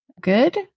good